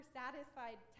satisfied